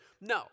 No